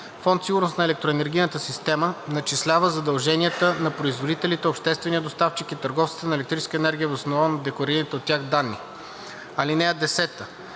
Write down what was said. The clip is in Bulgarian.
Фонд „Сигурност на електроенергийната система“ начислява задълженията на производителите, обществения доставчик и търговците на електрическа енергия въз основа на декларираните от тях данни. (10)